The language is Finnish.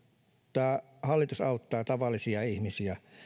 tämä hallitus auttaa tavallisia ihmisiä